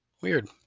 Weird